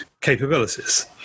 capabilities